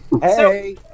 Hey